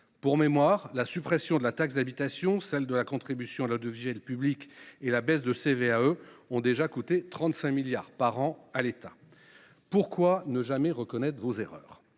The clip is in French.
Pour mémoire, la suppression de la taxe d’habitation, celle de la contribution à l’audiovisuel public et la baisse de la CVAE coûtent déjà 35 milliards d’euros par an à l’État. Pourquoi ne jamais reconnaître vos erreurs ?